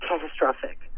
catastrophic